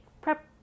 prep